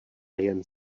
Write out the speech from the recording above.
jen